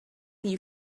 you